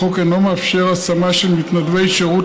החוק אינו מאפשר השמה של מתנדבי שירות